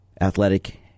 athletic